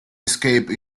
escape